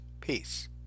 Peace